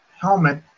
helmet